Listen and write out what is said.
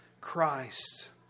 Christ